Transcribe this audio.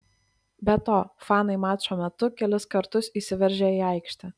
be to fanai mačo metu kelis kartus įsiveržė į aikštę